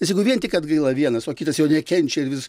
nes jeigu vien tik atgaila vienas o kitas jo nekenčia ir vis